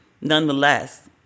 nonetheless